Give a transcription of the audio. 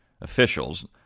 officials